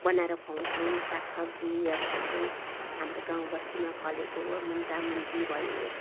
बनाएर खुवाउँछौँ साग सब्जी अब जस्तै हाम्रो गाउँ बस्तीमा फलेको मुन्टा मुन्टी भयो